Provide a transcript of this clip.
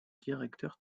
directeur